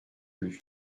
plus